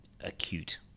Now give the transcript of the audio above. acute